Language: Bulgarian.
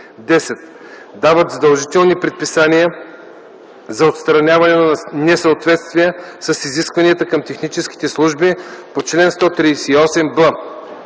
10. дават задължителни предписания за отстраняване на несъответствия с изискванията към техническите служби по чл. 138б”.